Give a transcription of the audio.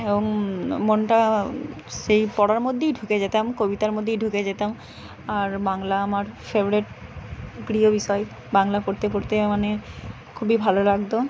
এবং মনটা সেই পড়ার মধ্যেই ঢুকে যেতাম কবিতার মধ্যেই ঢুকে যেতাম আর বাংলা আমার ফেবারিট প্রিয় বিষয় বাংলা পড়তে পড়তে মানে খুবই ভালো লাগতো